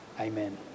Amen